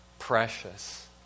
precious